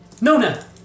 Nona